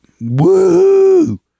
Woo